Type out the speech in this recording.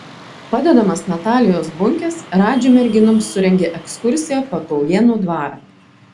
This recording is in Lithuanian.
padedamas natalijos bunkės radži merginoms surengė ekskursiją po taujėnų dvarą